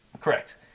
Correct